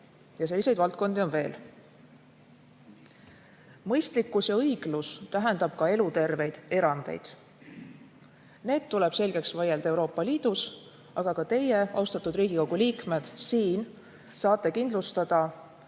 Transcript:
Ja selliseid valdkondi on veel. Mõistlikkus ja õiglus tähendab ka eluterveid erandeid. Need tuleb selgeks vaielda Euroopa Liidus, aga ka teie, austatud Riigikogu liikmed, saate kindlustada,